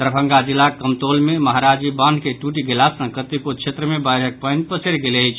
दरभंगा जिलाक कमतौल मे महाराजी बान्ह के टूट गेला सॅ कतेको क्षेत्र मे बाढ़िक पानि पसरि गेल अछि